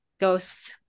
ghosts